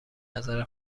نظر